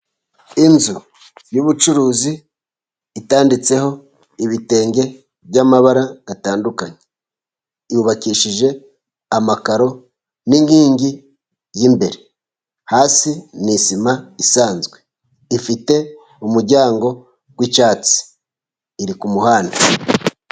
Inzu yubucuruzi itanditseho ibitenge by'amabara atandukanye, yubakishije amakaro n'inkingi y'imbere, hasi ni sima isanzwe, ifite umuryango w'icyatsi iri ku muhanda.